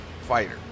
fighter